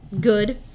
good